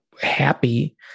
happy